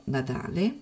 Natale